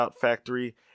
Factory